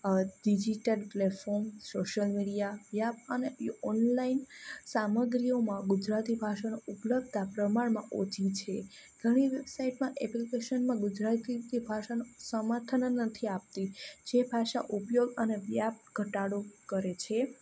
digital platform social media અને online સામગ્રીઓમાં ગુજરાતી ભાષાની ઉપલબ્ધતા પ્રમાણમાં ઓછી છે ઘણી સાઈટમાં એપ્લિકેશન ગુજરાતી ભાષાનો સમર્થન જ નથી આપતી જે ભાષા ઉપયોગ અને વ્યાપ ઘટાડો કરે છે